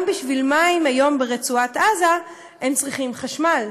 גם בשביל מים היום ברצועת עזה הם צריכים חשמל,